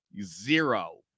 Zero